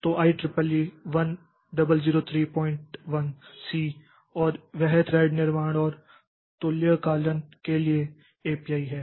तो IEEE 10031 C और वह थ्रेड निर्माण और तुल्यकालन के लिए एपीआई है